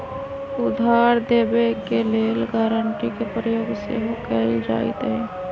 उधार देबऐ के लेल गराँटी के प्रयोग सेहो कएल जाइत हइ